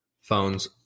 phones